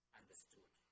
understood